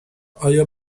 آیا